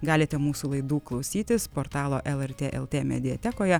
galite mūsų laidų klausytis portalo lrt lt mediatekoje